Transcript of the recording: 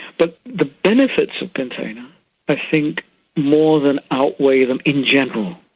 but the benefits of containers i think more than outweigh them in general.